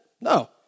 No